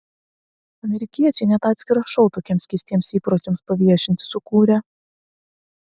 amerikiečiai net atskirą šou tokiems keistiems įpročiams paviešinti sukūrė